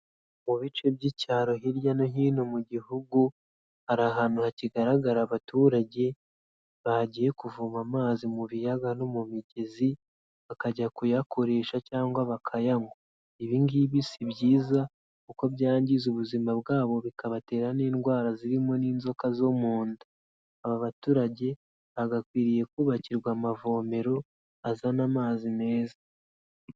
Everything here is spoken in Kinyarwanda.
Mu bice by'icyaro hirya no hino mu gihugu, hari ahantu hakigaragara abaturage, bagiye kuvoma amazi mu biyaga no mu migezi, bakajya kuyakoresha cyangwa bakayanywa. Ibi ngibi si byiza kuko byangiza ubuzima bwabo bikabatera n'indwara zirimo n'inzoka zo mu nda. Aba baturage bagakwiriye kubakirwa amavomero azana amazi meza.